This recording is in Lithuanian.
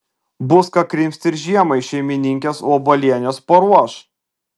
bus ką krimsti ir žiemai šeimininkės obuolienės paruoš